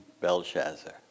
Belshazzar